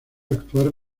actuar